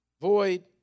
Void